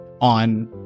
on